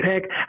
pick